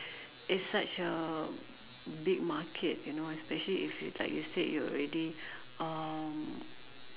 it's such a big market you know especially if you like you said you already um